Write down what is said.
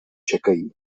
čekají